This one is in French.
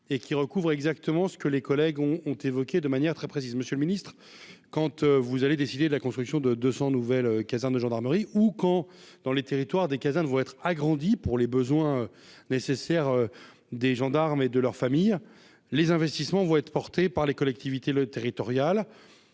et qui recouvre exactement ce que les collègues ont ont évoqué de manière très précise : Monsieur le Ministre, Kant, vous allez décider de la construction de 200 nouvelle caserne de gendarmerie ou quand, dans les territoires des casernes vont être agrandi pour les besoins nécessaires des gendarmes et de leur famille, les investissements vont être portés par les collectivités, le territoriales,